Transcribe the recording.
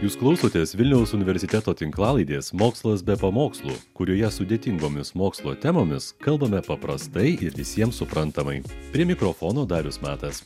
jūs klausotės vilniaus universiteto tinklalaidės mokslas be pamokslų kurioje sudėtingomis mokslo temomis kalbame paprastai ir visiems suprantamai prie mikrofono darius matas